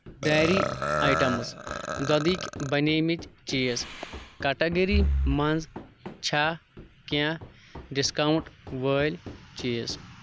dairy items دۄدٕکۍ بَنیمٕتۍ چیٖز کیٹَگری مَنٛز چھا کینٛہہ ڈسکاونٛٹ وٲلۍ چیٖز